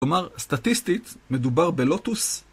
כלומר, סטטיסטית מדובר בלוטוס.